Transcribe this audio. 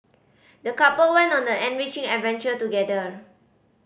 the couple went on an enriching adventure together